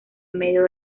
medio